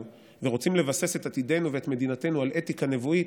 ורוצים לבסס את עתידנו ואת מדינתנו על אתיקה נבואית,